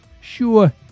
sure